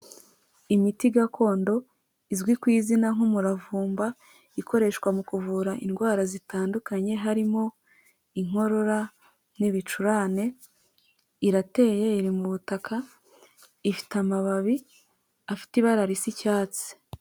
Imiti gakondo izwi ku izina nk'umuravumba ikoreshwa mu kuvura indwara zitandukanye, harimo inkorora n'ibicurane irateye iri mu butaka ifite amababi afite ibara risa icyatsi.